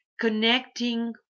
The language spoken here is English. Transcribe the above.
connecting